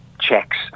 checks